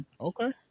Okay